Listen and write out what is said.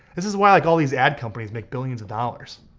this is why i like all those ad companies make billions of dollars,